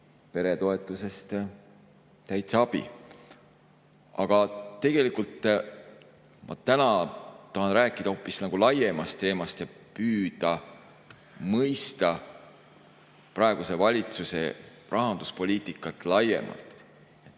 peretoetusest täitsa abi. Aga tegelikult ma täna tahan rääkida hoopis laiemast teemast ja püüda mõista praeguse valitsuse rahanduspoliitikat laiemalt: